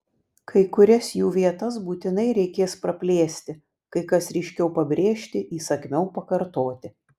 kai kurias jų vietas būtinai reikės praplėsti kai kas ryškiau pabrėžti įsakmiau pakartoti